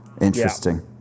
Interesting